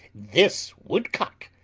this woodcock,